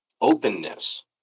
openness